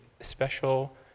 special